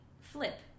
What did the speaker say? flip